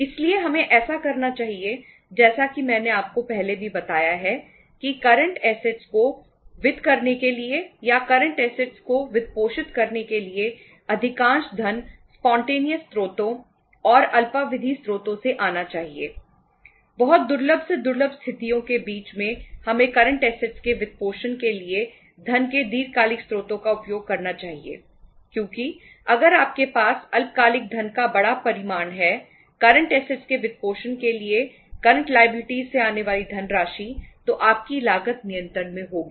इसलिए हमें ऐसा करना चाहिए जैसा कि मैंने आपको पहले भी बताया है कि करंट एसेट्स से आने वाली धनराशि तो आपकी लागत नियंत्रण में होंगी